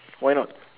why not